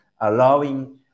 allowing